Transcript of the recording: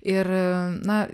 ir na